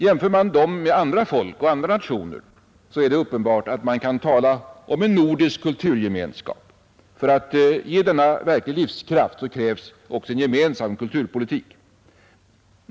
Jämför man dem med andra folk och andra nationer är det uppenbart att man kan tala om en nordisk kulturgemenskap. För att ge denna verklig livskraft krävs en gemensam kulturpolitik.